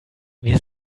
wir